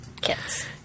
kits